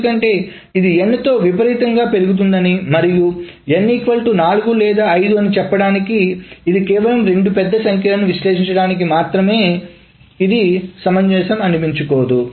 ఎందుకంటే ఇది n తో విపరీతంగా పెరుగుతోందని మరియు n 4 లేదా 5 అని చెప్పడానికి ఇది కేవలం రెండు పెద్ద సంఖ్యలు విశ్లేషించడానికి మాత్రమే మరియు ఇది సమంజసం అనిపించుకోదు